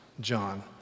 john